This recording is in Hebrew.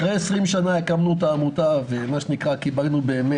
אחרי 20 שנים הקמנו את העמותה "ערים בלילה"